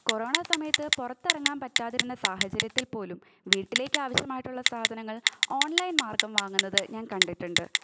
corona സമയത്ത് പുറത്തിറങ്ങാൻ പറ്റാതിരുന്ന സാഹചര്യത്തിൽ പോലും വീട്ടിലേക്ക് ആവശ്യമായിട്ടുള്ള സാധനങ്ങൾ ഓൺലൈൻ മാർഗം വാങ്ങുന്നത് ഞാൻ കണ്ടിട്ടുണ്ട്